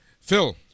Phil